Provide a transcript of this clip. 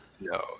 no